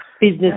Business